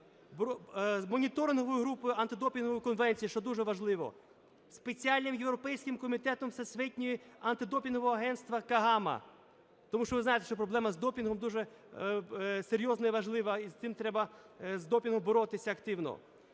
Моніторинговою групою Антидопінгової конвенції, що дуже важливо, Спеціальним європейським комітетом Всесвітнього антидопінгового агентства (КАХАМА). Тому що ви знаєте, що проблема з допінгом дуже серйозна і важлива, і з цим треба, з допінгом, боротися активно.